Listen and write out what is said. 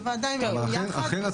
אבל אכן,